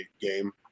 game